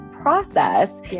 process